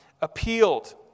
appealed